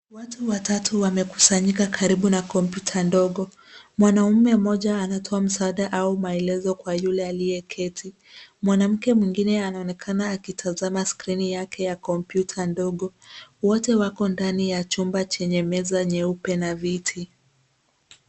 Watu watatu wamekusanyika karibu na kompyuta ndogo. Mwanamume mmoja anatoa msaada au maelezo kwa yule aliyeketi. Mwanamke mwingine anaonekana akitazama skrini yake ya kompyuta ndogo. Wote wako ndani ya chumba chenye meza nyeupe na viti.